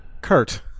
Kurt